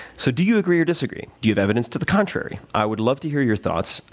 so, do you agree or disagree? do you have evidence to the contrary? i would love to hear your thoughts.